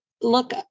look